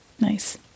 Nice